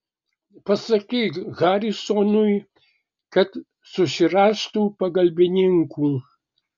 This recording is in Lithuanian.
pasakyk harisonui kad susirastų pagalbininkų